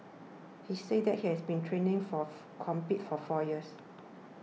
he said that has been training fourth compete for four years